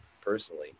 personally